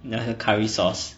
the curry sauce